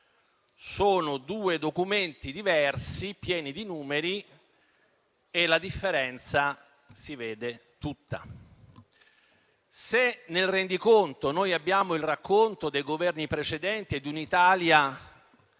Sono due documenti diversi pieni di numeri e la differenza si vede tutta. Nel rendiconto abbiamo il racconto dei Governi precedenti e di un'Italia